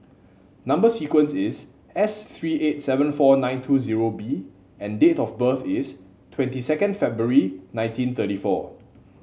number sequence is S three eight seven four nine two zero B and date of birth is twenty second February nineteen thirty four